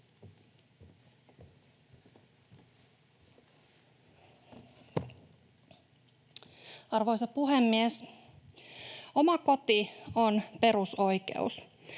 Arvoisa puhemies! Oma koti on perusoikeus.